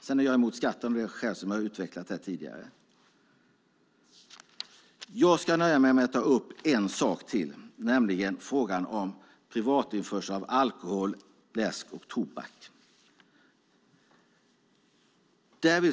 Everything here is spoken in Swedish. Jag är dock emot skatten av det skäl som jag har utvecklat tidigare. Jag nöjer mig med att ta upp en sak till, nämligen frågan om privatinförsel av alkohol, läsk och tobak.